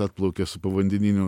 atplaukia su povandeniniu